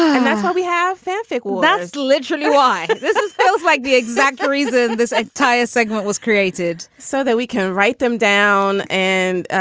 and that's why we have fanfic. that's literally why this is both like the exact reason this entire segment was created so that we can write them down and,